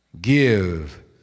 give